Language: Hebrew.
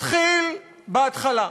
אתחיל בהתחלה.